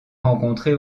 rencontrés